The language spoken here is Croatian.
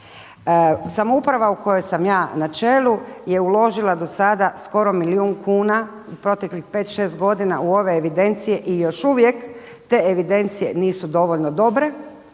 Samouprava u kojoj sam ja na čelu je uložila do sada skoro milijun kuna u proteklih 5, 6 godina u ove evidencije, i još uvijek te evidencije nisu dovoljno dobre,